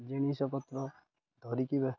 ଜିନିଷପତ୍ର ଧରିକି ବା